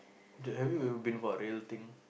they have you ever been for a real thing